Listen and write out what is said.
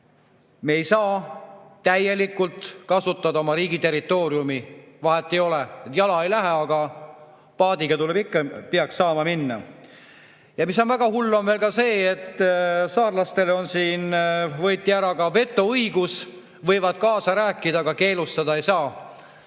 me ei saa täielikult kasutada oma riigi territooriumi. Vahet ei ole, jala ei lähe, aga paadiga ikka peaks saama minna. Ja väga hull on veel ka see, et saarlastelt võeti siin vetoõigus ära. Nad võivad kaasa rääkida, aga keelustada ei saa.